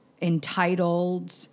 entitled